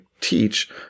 teach